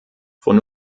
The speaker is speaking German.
von